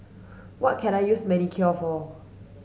what can I use Manicare for